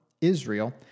Israel